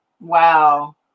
Wow